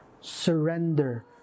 Surrender